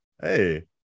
Hey